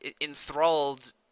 enthralled